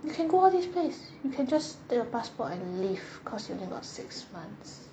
you can go all these place you can just take your passport and leave cause you only got six months